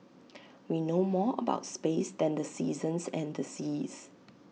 we know more about space than the seasons and the seas